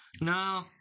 No